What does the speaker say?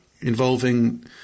involving